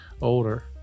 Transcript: older